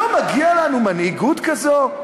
לא מגיעה לנו מנהיגות כזאת?